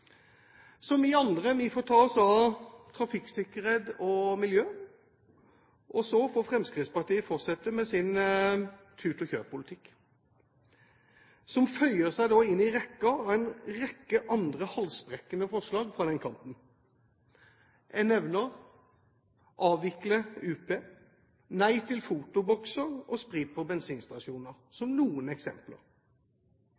kanten. Vi andre får ta oss av trafikksikkerhet og miljø, og så får Fremskrittspartiet fortsette med sin tut-og-kjør-politikk, som føyer seg inn i rekken av mange andre halsbrekkende forslag fra den kanten. Jeg nevner avvikling av UP, nei til fotobokser og sprit på bensinstasjoner